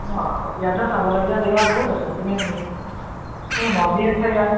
অঁ ইয়াত ধৰ চাবলগীয়া জেগা বহুত আছে তুমি তুমি মন্দিৰ আছে ইয়াত